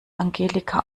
angelika